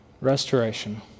Restoration